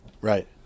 right